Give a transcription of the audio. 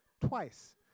Twice